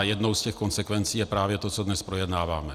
Jednou z těch konsekvencí je právě to, co dnes projednáváme.